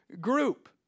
group